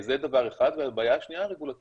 זה דבר אחד והבעיה הרגולטורית